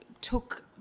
took